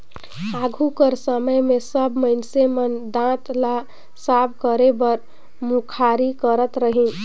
आघु कर समे मे सब मइनसे मन दात ल साफ करे बर मुखारी करत रहिन